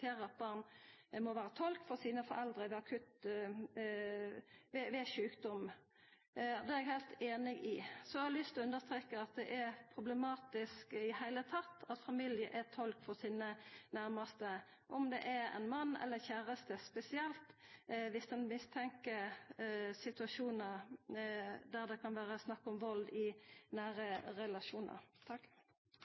akseptera at barn må vera tolk for sine foreldre ved sjukdom. Det er eg heilt einig i. Så har eg lyst til å understreka at det er problematisk i det heile at familie er tolkar for sine nærmaste, om det er ein mann eller ein kjæraste, spesielt viss ein har mistanke om at det kan vera ein situasjon der det kan vera snakk om vald i nære